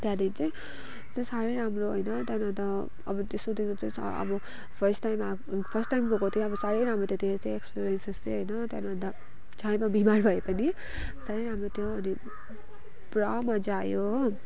त्यहाँदेखि चाहिँ साह्रै राम्रो होइन त्यहाँदेखि अन्त अब त्यस्तो देख्दा चाहिँ अब फर्स्ट टाइम आक् फर्स्ट टाइम गएको थिएँ अब साह्रै राम्रो थियो त्यो चाहिँ त्यतिखेर चाहिँ एक्सपिरियन्स चाहिँ होइन त्यहाँदेखि अन्त चाहे म बिमार भए पनि साह्रै राम्रो थियो अनि पुरा मज्जा आयो हो